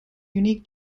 unique